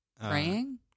Praying